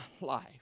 life